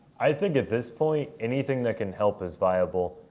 i think at this point anything that can help is viable.